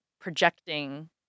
projecting